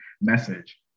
message